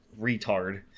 retard